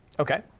okay.